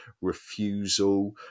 refusal